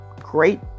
Great